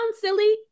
silly